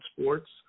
sports